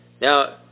Now